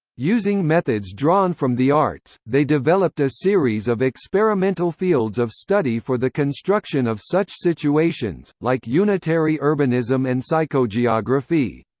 using methods drawn from the arts, they developed a series of experimental fields of study for the construction of such situations, like unitary urbanism and psychogeography.